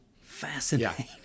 Fascinating